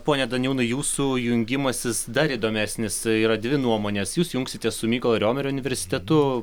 pone daniūnai jūsų jungimasis dar įdomesnis yra dvi nuomonės jūs jungsitės su mykolo romerio universitetu